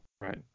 Right